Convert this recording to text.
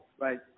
Right